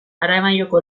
aramaioko